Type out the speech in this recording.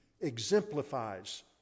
exemplifies